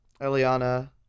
Eliana